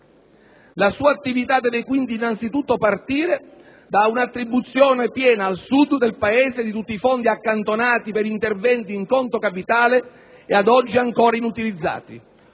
La sua attività deve quindi anzitutto partire da un'attribuzione piena al Sud del Paese di tutti i fondi accantonati per interventi in conto capitale e ad oggi ancora inutilizzati.